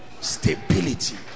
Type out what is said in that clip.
stability